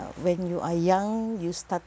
when you are young you started